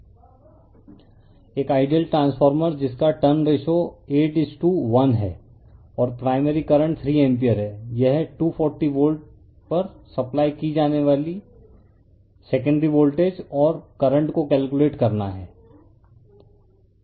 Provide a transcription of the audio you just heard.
refer slide time 1241 एक ideal transformer जिसका turn ratio 8 is two 1 है और प्राइमरी करंट 3 एम्पीयर है यह 240 वोल्ट पर सप्लाई की जाने वाली सेकेंडरी वोल्टेज और करंट को कैलकुलेट करना है